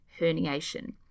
herniation